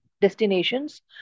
destinations